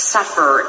Suffer